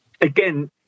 again